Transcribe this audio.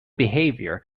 behaviour